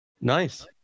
Nice